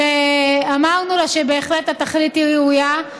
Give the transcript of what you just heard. שאמרנו לה שבהחלט התכלית ראויה.